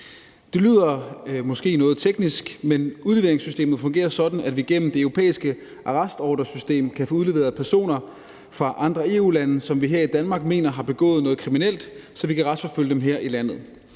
Det lyder måske noget teknisk, men udleveringssystemet fungerer sådan, at vi gennem det europæiske arrestordresystem kan få udleveret personer fra andre EU-lande, som vi her i Danmark mener har begået noget kriminelt, så vi kan retsforfølge dem her i landet.